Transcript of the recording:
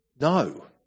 No